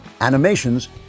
Animations